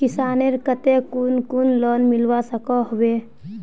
किसानेर केते कुन कुन लोन मिलवा सकोहो होबे?